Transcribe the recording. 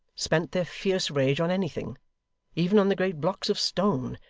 spent their fierce rage on anything even on the great blocks of stone,